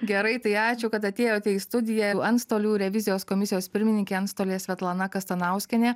gerai tai ačiū kad atėjote į studiją antstolių revizijos komisijos pirmininkė antstolė svetlana kastanauskienė